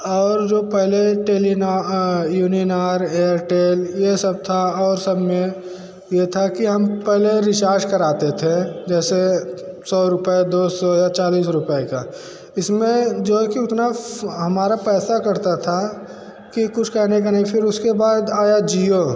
और जो पहले टेलीना यूनीनार एयरटेल ये सब था और सब में ये था कि हम पहले रीचार्ज कराते थे जैसे सौ रुपये दो सौ या चालिस रुपये का इस में जोकि उतना हमारा पैसा कटता था कि कुछ कहने का नहीं फिर उसके बाद आया जियो